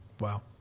Wow